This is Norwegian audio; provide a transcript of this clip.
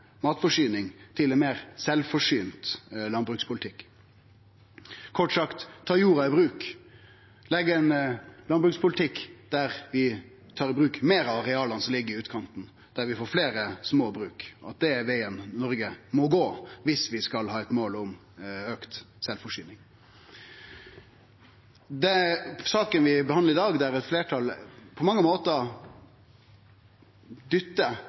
matforsyning til ein meir sjølvforsynt landbrukspolitikk – kort sagt å ta jorda i bruk, å leggje ein landbrukspolitikk der vi tar i bruk meir av areala som ligg i utkanten, der vi får fleire små bruk. Det er vegen Norge må gå viss vi skal ha eit mål om auka sjølvforsyning. Saka vi behandlar i dag, der eit fleirtal på mange måtar dyttar